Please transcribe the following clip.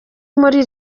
muri